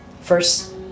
First